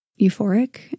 euphoric